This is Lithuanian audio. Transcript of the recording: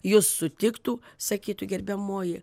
jus sutiktų sakytų gerbiamoji